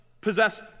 possess